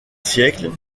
siècles